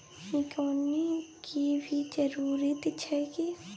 निकौनी के भी जरूरी छै की?